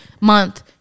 month